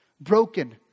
broken